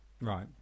right